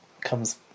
comes